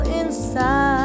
inside